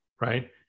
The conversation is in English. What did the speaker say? right